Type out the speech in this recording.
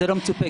זה לא מצופה,